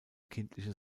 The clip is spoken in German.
kindliche